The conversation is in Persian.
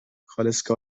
کالسکه